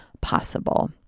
possible